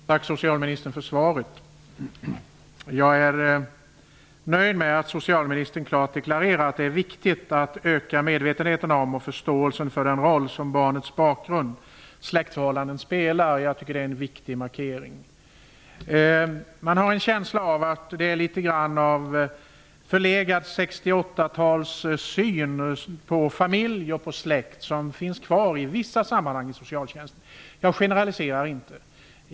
Fru talman! Tack, socialministern, för svaret. Jag är nöjd med att socialministern klart deklarerar att det är viktigt att öka medvetenheten om och förståelsen för den roll som barnets bakgrund och släktförhållanden spelar. Det är en viktig markering. Jag har en känsla av att det är litet grand av en förlegad 68-syn på familje och släktförhållanden som finns kvar i vissa sammanhang inom socialtjänsten. Jag generaliserar inte.